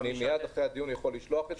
מיד אחרי הדיון אני יכול לשלוח לך את זה.